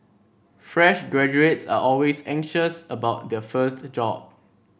fresh graduates are always anxious about their first job